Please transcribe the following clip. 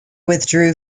withdrew